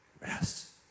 rest